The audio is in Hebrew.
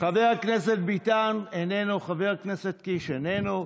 חבר הכנסת ביטן, איננו, חבר הכנסת קיש, איננו.